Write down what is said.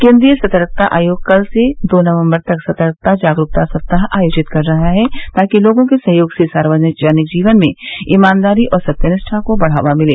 केन्द्रीय सतर्कता आयोग कल से दो नवम्बर तक सतर्कता जागरूकता सप्ताह आयोजित कर रहा है ताकि लोगों के सहयोग से सार्वजनिक जीवन में ईमानदारी और सत्य निष्ठा को बढ़ावा मिले